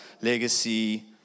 legacy